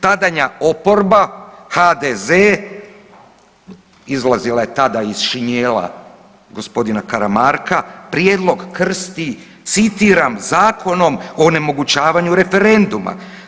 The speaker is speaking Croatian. Tadanja oporba, HDZ, izlazila je tada iz šinjela g. Karamarka, prijedlog krsti, citiram, zakonom o onemogućavanju referenduma.